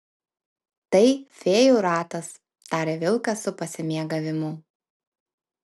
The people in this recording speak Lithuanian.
tai fėjų ratas taria vilkas su pasimėgavimu